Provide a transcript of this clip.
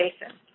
Basin